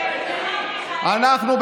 אנחנו,